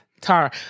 Tara